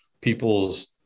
people's